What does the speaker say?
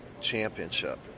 championship